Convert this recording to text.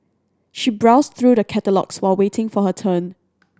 she browsed through the catalogues while waiting for her turn